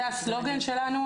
וזה הסלוגן שלנו,